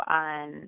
on